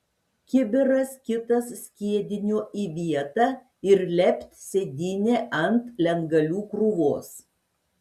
kibiras kitas skiedinio į vietą ir lept sėdynę ant lentgalių krūvos